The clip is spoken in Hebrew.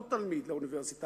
עוד תלמיד באוניברסיטה,